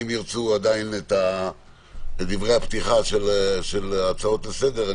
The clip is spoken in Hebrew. אם ירצו את דברי הפתיחה של ההצעות לסדר,